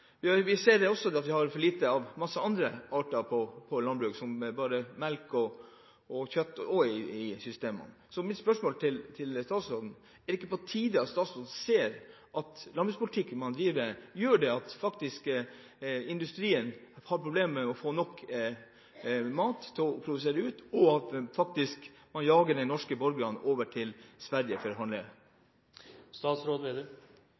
Vi ser også at vi har lite av en masse annet fra landbruket, som melk og kjøtt i systemene. Så mitt spørsmål til statsråden er: Er det ikke på tide at statsråden innser at landbrukspolitikken man driver, fører til at industrien har problemer med å få nok til matproduksjon, og at man faktisk jager norske borgere over til Sverige